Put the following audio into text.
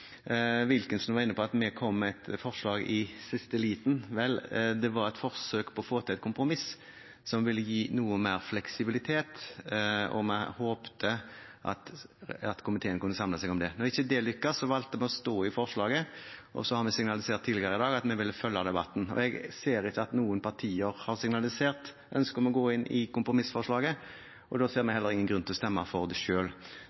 Wilkinson var inne på at vi kom med et forslag i siste liten. Vel, det var et forsøk på å få til et kompromiss som ville gi noe mer fleksibilitet, og vi håpet at komiteen kunne samle seg om det. Når det ikke lyktes, valgte vi å stå på forslaget. Så har vi signalisert tidligere i dag at vi ville følge debatten. Jeg ser ikke at noen partier har signalisert ønske om å gå inn for kompromissforslaget, og da ser vi heller ingen grunn til å stemme for det